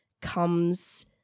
comes